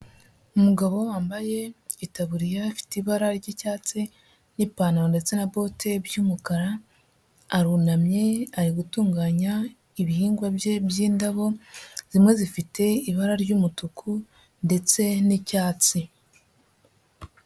Umugabo wambaye itaburiya afite ibara ry'icyatsi n'ipantaro ndetse na bote by'umukara, arunamye, ari gutunganya ibihingwa bye by'indabo, zimwe zifite ibara ry'umutuku ndetse n'icyatsi.